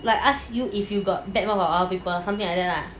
like ask you if you got bad mouth about other people or something like that lah like